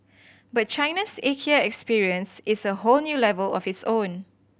but China's Ikea experience is a whole new level of its own